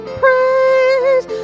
praise